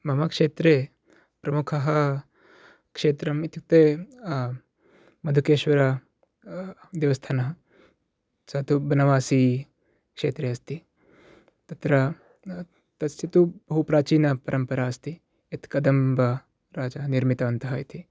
मम क्षेत्रे प्रमुखं क्षेत्रम् इत्युक्ते मधुकेश्वरदेवस्थानं स तु बनवासि क्षेत्रे अस्ति तत्र तस्य तु बहु प्राचीनपरम्परा अस्ति यत् कदम्बराजः निर्मितवन्तः इति